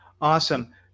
Awesome